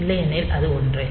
இல்லையெனில் அது ஒன்றே